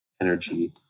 energy